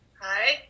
Hi